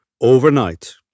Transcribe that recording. overnight